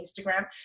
Instagram